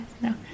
no